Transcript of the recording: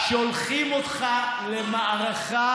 ואין מנהיגות אמיתית בלי אמינות.